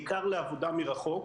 בעיקר לעבודה מרחוק.